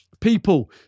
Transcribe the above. People